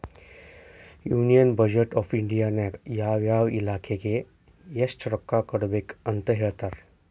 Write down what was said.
union budget of India ನಾಗ್ ಯಾವ ಯಾವ ಇಲಾಖೆಗ್ ಎಸ್ಟ್ ರೊಕ್ಕಾ ಕೊಡ್ಬೇಕ್ ಅಂತ್ ಹೇಳ್ತಾರ್